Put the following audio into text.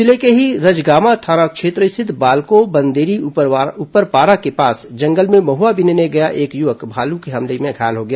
जिले के ही रजगामा थाना क्षेत्र स्थित बालको बंदेरी उपरपारा के पास जंगल में महुआ बीनने गया एक युवक भालू के हमले में घायल हो गया